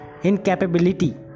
Incapability